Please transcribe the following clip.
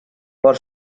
por